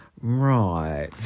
right